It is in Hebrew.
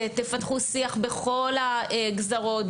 תפתחו שיח בכל הגזרות,